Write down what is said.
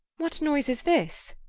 what noyse is this?